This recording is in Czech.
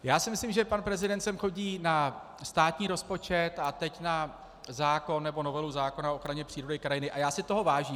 Já si myslím, že pan prezident sem chodí na státní rozpočet a teď na novelu zákona o ochraně přírody a krajiny, a já si toho vážím.